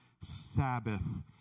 Sabbath